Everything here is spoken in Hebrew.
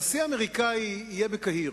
הנשיא האמריקני יהיה בקהיר